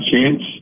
chance